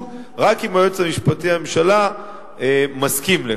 רק אם היועץ המשפטי לממשלה מסכים לכך.